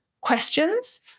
questions